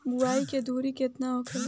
बुआई के दूरी केतना होखेला?